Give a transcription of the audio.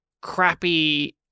crappy